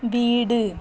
வீடு